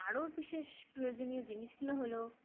আরও বিশেষ প্রয়োজনীয় জিনিসগুলো হলো